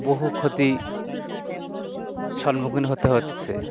বহু ক্ষতির সম্মুখীন হতে হচ্ছে